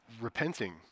repenting